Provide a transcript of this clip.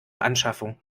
anschaffung